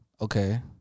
Okay